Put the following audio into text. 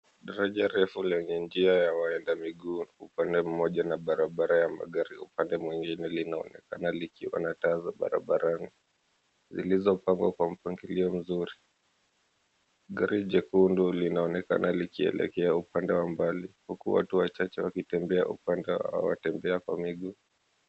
Daraja refu lenye njia ya waenda miguu upande mmoja, na barabara ya magari upande mwingine, linaonekana likiwa na taa za barabarani zilizopangwa kwa mpangilio mzuri. Gari jekundu linaonekana likielekea upande wa mbali, huku watu wachache wakitembea upande wa watembea kwa miguu.